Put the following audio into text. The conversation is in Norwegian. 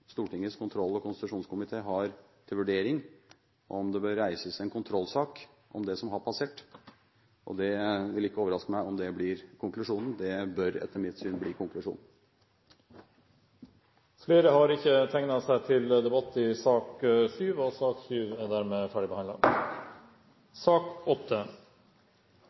Stortingets kontroll- og konstitusjonskomité har til vurdering om det bør reises en kontrollsak om det som har passert. Det vil ikke overraske meg om det blir konklusjonen; det bør etter mitt syn bli konklusjonen. Flere har ikke bedt om ordet til sak nr. 7. Etter ønske fra finanskomiteen vil presidenten foreslå at taletiden begrenses til 40 minutter og